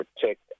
protect